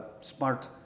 smart